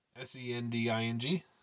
S-E-N-D-I-N-G